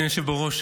אדוני היושב בראש,